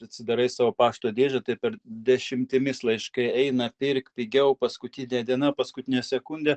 atsidarai savo pašto dėžę tai per dešimtimis laiškai eina pirk pigiau paskutinė diena paskutinė sekundė